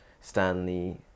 Stanley